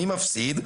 מי מפסיד,